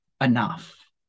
enough